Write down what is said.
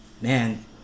man